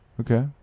Okay